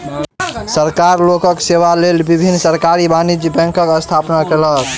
सरकार लोकक सेवा लेल विभिन्न सरकारी वाणिज्य बैंकक स्थापना केलक